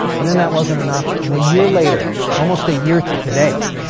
and then that wasn't enough. and a year later, almost a year to today.